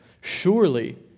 Surely